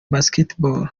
basketball